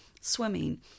swimming